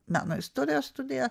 meno istorijos studijas